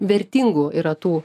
vertingų yra tų